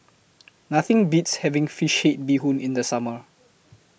Nothing Beats having Fish Head Bee Hoon in The Summer